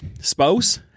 spouse